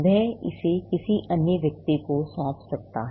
वह इसे किसी अन्य व्यक्ति को सौंप सकता है